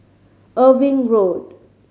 Irving Road